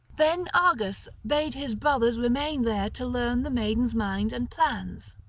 then argus bade his brothers remain there to learn the maiden's mind and plans,